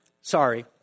sorry